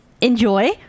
enjoy